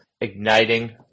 igniting